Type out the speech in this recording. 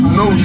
no